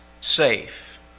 safe